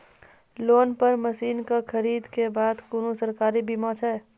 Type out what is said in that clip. Loan पर मसीनऽक खरीद के बाद कुनू सरकारी बीमा छै?